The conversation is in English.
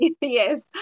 yes